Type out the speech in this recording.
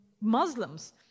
Muslims